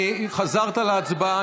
חזרת להצבעה.